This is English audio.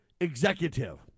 executive